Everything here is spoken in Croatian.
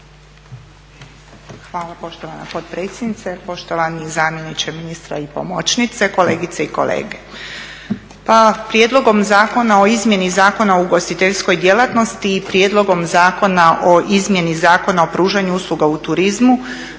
Hvala poštovana potpredsjednice. Poštovani zamjeniče ministra i pomoćnice, kolegice i kolege. Pa Prijedlogom zakona o izmjeni Zakona o ugostiteljskoj djelatnosti i prijedlogom Zakona o izmjeni Zakona o pružanju usluga u turizmu